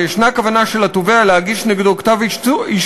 ויש כוונה של התובע להגיש נגדו כתב-אישום,